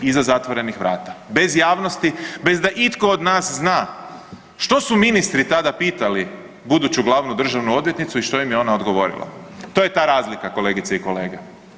Iza zatvorenih vrata, bez javnosti, bez da itko od nas zna što su ministri tada pitali buduću glavnu državnu odvjetnicu i što im je ona odgovorila, to je ta razlika, kolegice i kolege.